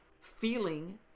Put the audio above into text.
feeling